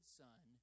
son